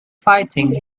fighting